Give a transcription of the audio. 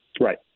Right